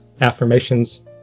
Affirmations